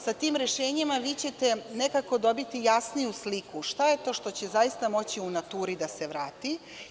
Sa tim rešenjima vi ćete nekako dobiti jasniju sliku šta je to što će zaista moći u naturi da se vrati.